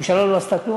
הממשלה לא עשתה כלום,